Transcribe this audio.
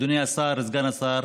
אדוני השר, סגן השר,